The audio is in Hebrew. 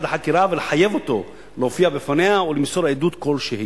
לחקירה ולחייב אותו להופיע בפניה או למסור עדות כלשהי.